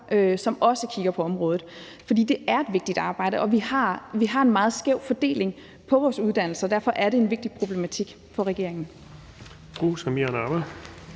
som kigger på området. For det er et vigtigt arbejde, og vi har en meget skæv fordeling på vores uddannelser, og derfor er det en vigtig problematik for regeringen.